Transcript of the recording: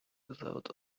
without